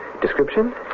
Description